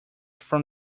from